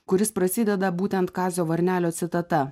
kuris prasideda būtent kazio varnelio citata